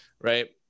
right